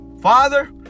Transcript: Father